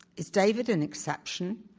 is david an exception?